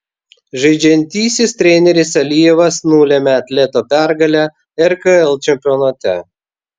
žaidžiantysis treneris alijevas nulėmė atleto pergalę rkl čempionate